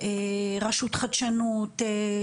רשות חדשנות,